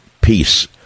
peace